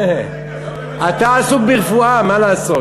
אתה עסוק ברפואה, מה לעשות?